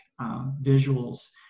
visuals